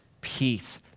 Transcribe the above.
peace